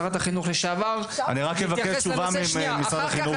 חברת החינוך לשעבר להתייחס לנושא,